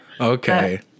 okay